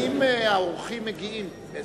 האם האורחים מגיעים?